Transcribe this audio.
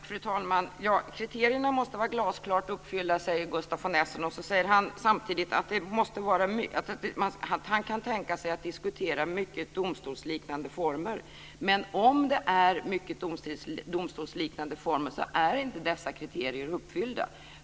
Fru talman! Kriterierna måste vara glasklart uppfyllda, säger Gustaf von Essen. Samtidigt säger han att han kan tänka sig att diskutera mycket domstolsliknande former. Men om det är mycket domstolsliknande former är inte dessa kriterier uppfyllda.